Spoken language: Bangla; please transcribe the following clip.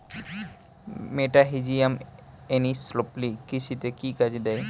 মেটাহিজিয়াম এনিসোপ্লি কৃষিতে কি কাজে দেয়?